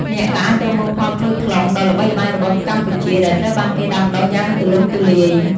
អ្នកក៏អាចប្រមូលផលក្រូចថ្លុងដ៏ល្បីល្បាញរបស់កម្ពុជាដែលត្រូវបានគេដាំដុះយ៉ាងទូលំទូលាយ។